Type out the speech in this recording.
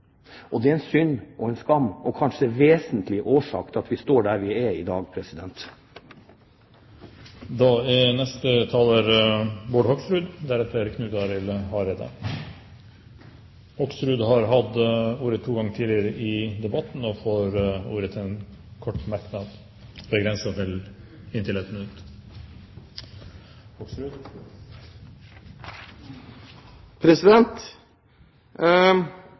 Og det er synd og skam, og det er kanskje en vesentlig årsak til at vi er der vi er i dag. Representanten Bård Hoksrud har hatt ordet to ganger tidligere i debatten og får ordet til en kort merknad, begrenset til 1 minutt.